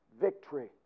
victory